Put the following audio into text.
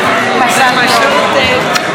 אדוני השר.